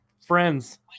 Friends